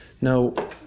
Now